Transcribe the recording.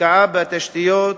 השקעה בתשתיות,